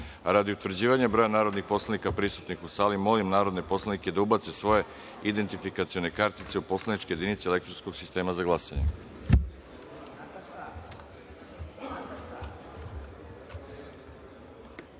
utvrđivanja broja narodnih poslanika prisutnih u sali, molim narodne poslanike da ubace svoje identifikacione kartice u poslaničke jedinice elektronskog sistema za